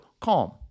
CALM